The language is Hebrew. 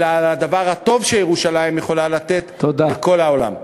אלא על הדבר הטוב שירושלים יכולה לתת בכל העולם.